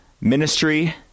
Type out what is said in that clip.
ministry